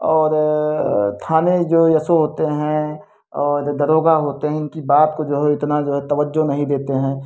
और थाने जो एस ओ होते हैं और द दरोगा होते हैं इनकी बात को जो है इतना जो है तवज्जो नहीं देते हैं